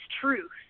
truth